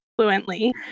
fluently